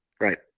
Right